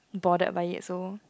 bothered by it so